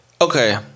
Okay